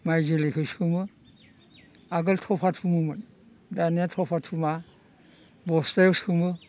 माइ जोलैखो सोमो आगोल थफा थुमोमोन दानिया थफा थुमा बस्थायाव सोमो